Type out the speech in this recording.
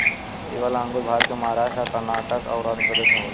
इ वाला अंगूर भारत के महाराष्ट् आ कर्नाटक अउर आँध्रप्रदेश में होला